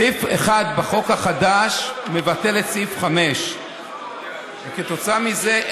סעיף 1 בחוק החדש מבטל את סעיף 5. כתוצאה מזה,